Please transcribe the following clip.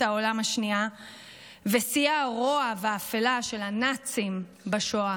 העולם השנייה ושיאי הרוע והאפלה של הנאצים בשואה.